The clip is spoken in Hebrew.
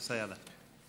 השאילתה.